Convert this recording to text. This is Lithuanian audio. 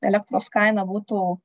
elektros kaina būtų